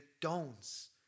don'ts